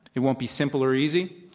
it won't be simple or easy.